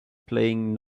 playing